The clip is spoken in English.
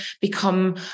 become